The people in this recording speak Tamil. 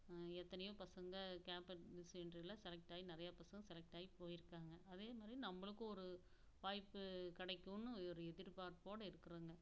எத்தனையோ பசங்க கேம்பன்ஸ் இன்டர்வியூவில் செலக்ட் ஆகி நிறையா பசங்க செலக்ட் ஆகி போயிருக்காங்க அதே மாதிரி நம்பளுக்கும் ஒரு வாய்ப்பு கிடைக்கும்னு ஒரு எதிர்பார்ப்போடு இருக்கிறோங்க